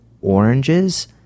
oranges